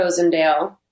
Rosendale